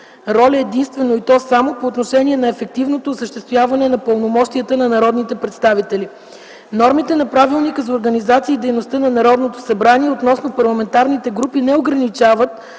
роля единствено и то само по отношение на ефективното осъществяване на пълномощия на народните представители. Нормите на Правилника за организацията и дейността на Народното събрание относно парламентарните групи не ограничават